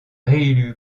réélu